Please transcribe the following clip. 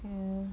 um